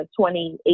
2018